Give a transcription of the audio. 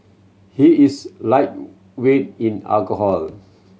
he is lightweight in alcohol